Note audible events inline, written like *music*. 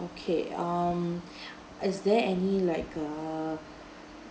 okay um *breath* is there any like err